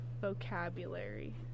vocabulary